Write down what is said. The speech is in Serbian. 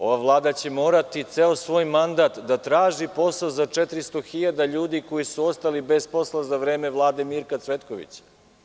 Ova Vlada će morati ceo svoj mandat da traži posao za 400 hiljada ljudi koji su ostali bez posla za vreme Vlade Mirka Cvetkovića.